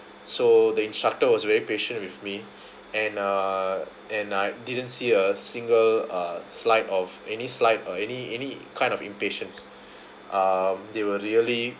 so the instructor was very patient with me and uh and I didn't see a single uh slight of any slight or any any kind of impatience um they were really